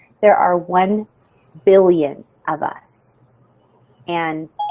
there are one billion of us and.